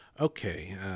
Okay